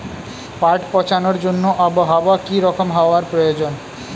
পাট পচানোর জন্য আবহাওয়া কী রকম হওয়ার প্রয়োজন?